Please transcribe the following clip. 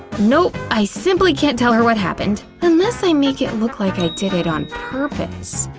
no, i simply can't tell her what happened. unless i make it look like i did it on purpose,